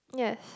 yes